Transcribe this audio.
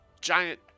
giant